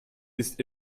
ist